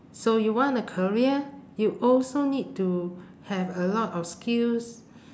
so you want a career you also need to have a lot of skills